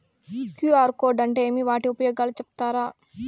QR code అంటే ఏమి వాటి ఉపయోగాలు సెప్తారా?